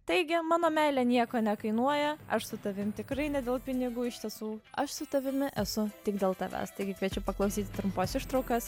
taigi mano meilė nieko nekainuoja aš su tavim tikrai ne dėl pinigų iš tiesų aš su tavimi esu tik dėl tavęs taigi kviečiu paklausyti trumpos ištraukos iš